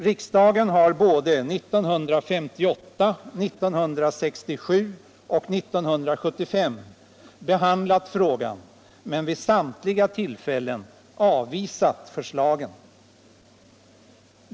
Riksdagen har åren 1958, 1967 och 1975 behandlat frågan men vid samtliga tillfällen avvisat förslagen.